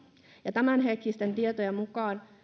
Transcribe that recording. tämänhetkisten tietojen mukaan